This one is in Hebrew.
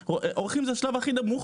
עורכים זה השלב הכי נמוך,